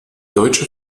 deutsche